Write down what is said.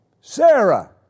Sarah